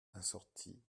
assorti